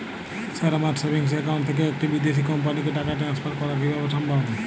Sir আমার savings account থেকে একটি বিদেশি কোম্পানিকে টাকা ট্রান্সফার করা কীভাবে সম্ভব?